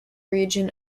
region